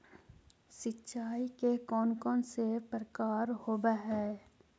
सिंचाई के कौन कौन से प्रकार होब्है?